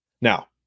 Now